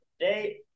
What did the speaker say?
today